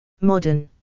Modern